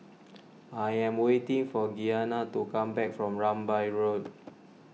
I am waiting for Gianna to come back from Rambai Road